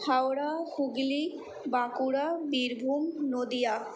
Howrah Hooghly Bankura Birbhum Nadia